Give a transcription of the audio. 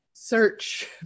Search